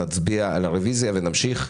נצביע על הרביזיה ונמשיך.